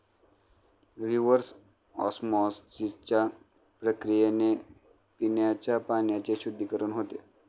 reverse ऑस्मॉसिसच्या प्रक्रियेने पिण्याच्या पाण्याचे शुद्धीकरण होते